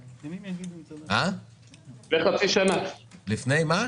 כן,